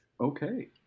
Okay